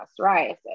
psoriasis